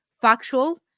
factual